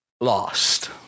lost